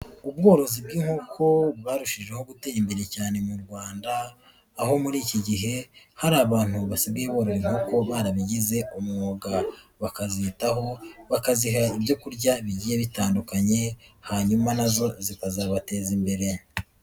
Ubworozi bw'inkoko bwarushijeho gutera imbere cyane mu Rwanda, aho muri iki gihe hari abantu basigaye borora inkoko barabigize umwuga, bakazitaho bakaziha ibyo kurya bigiye bitandukanye hanyuma na zo zikazabateza imbere.